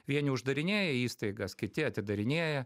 vieni uždarinėja įstaigas kiti atidarinėja